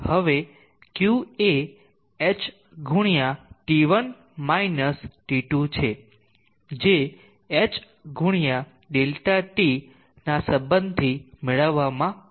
હવે q એ h ગુણ્યા T1 માઈનસ T2 છે જે h ગુણ્યા ΔT ના સબંધ થી મેળવવવા માં આવે છે